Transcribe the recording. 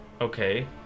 Okay